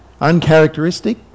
Uncharacteristic